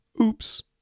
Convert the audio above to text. Oops